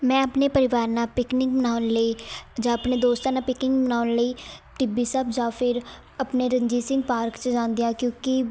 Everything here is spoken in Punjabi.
ਮੈਂ ਆਪਣੇ ਪਰਿਵਾਰ ਨਾਲ ਪਿਕਨਿਕ ਮਨਾਉਣ ਲਈ ਜਾਂ ਆਪਣੇ ਦੋਸਤਾਂ ਨਾਲ ਪਿਕਿੰਗ ਮਨਾਉਣ ਲਈ ਟਿੱਬੀ ਸਾਹਿਬ ਜਾਂ ਫਿਰ ਆਪਣੇ ਰਣਜੀਤ ਸਿੰਘ ਪਾਰਕ 'ਚ ਜਾਂਦੀ ਹਾਂ ਕਿਉਂਕਿ